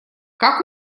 как